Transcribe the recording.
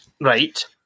Right